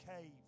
cave